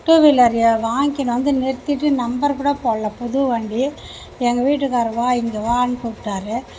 two wheeler வாங்கி வந்து நிறுத்திட்டு நம்பர் கூட போடல புது வண்டி எங்கள் வீட்டுக்காரங்க இங்கே வான்னு கூப்பிட்டாரு